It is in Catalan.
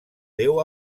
déu